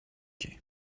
quai